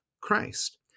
Christ